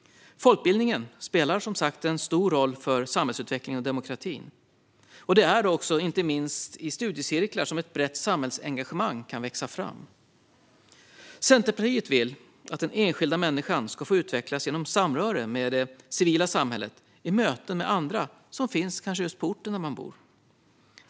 Folkbildningen spelar som sagt en stor roll för samhällsutvecklingen och demokratin. Det är också inte minst i studiecirklar som ett brett samhällsengagemang kan växa fram. Centerpartiet vill att den enskilda människan ska få utvecklas genom samröre med det civila samhället, i möten med andra som finns på orten där man bor.